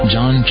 John